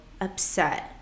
upset